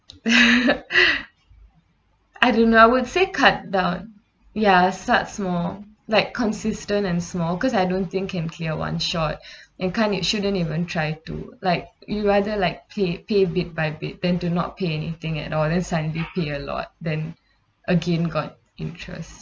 I do know would say cut down ya start small like consistent and small because I don't think can clear one shot and can't you shouldn't even try to like you either like pay pay bit by bit then do not pay anything at all then suddenly pay a lot then again got interest